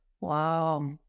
Wow